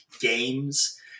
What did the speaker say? games